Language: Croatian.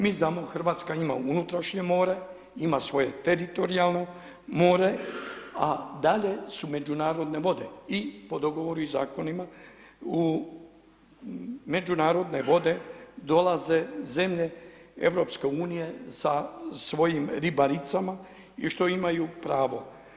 Mi znamo Hrvatska ima unutrašnje more, ima svoje teritorijalno more, a dalje su međunarodne vode i po dogovoru i zakonima u međunarodne vode dolaze zemlje EU sa svojim ribaricama i što imaju pravo.